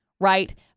right